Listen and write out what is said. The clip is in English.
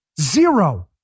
Zero